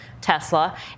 tesla